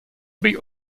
bych